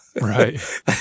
right